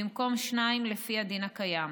במקום שניים, לפי הדין הקיים.